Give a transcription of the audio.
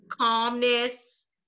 calmness